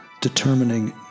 determining